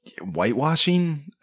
whitewashing